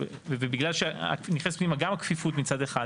ובגלל שנכנסת פנימה גם הכפיפות מצד אחד,